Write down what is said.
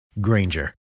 Granger